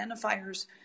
identifiers